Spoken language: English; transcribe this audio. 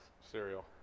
Cereal